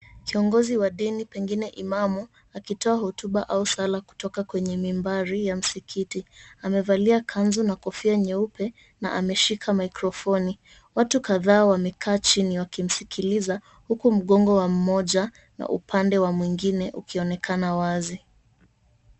Kiongozi wa dini pengine Imamu akitoa hotuba au sala kutoka kwenye mimbari ya msikiti. Amevalia kanzu na kofia nyeupe na ameshika microphone watu kadhaa wamekaa chini wakimsikiliza huku mgongo wa mmoja na upande wa mwingine ukionekana wazi.